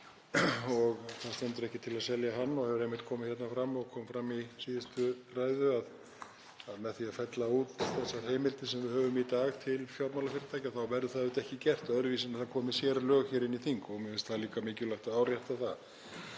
og ekki stendur til að selja hann. Það hefur einmitt komið hér fram, og kom fram í síðustu ræðu, að það að fella út þessar heimildir sem við höfum í dag til fjármálafyrirtækja verður auðvitað ekki gert öðruvísi en að það komi sérlög hér inn á þing og mér finnst líka mikilvægt að árétta það.